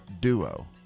duo